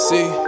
See